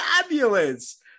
fabulous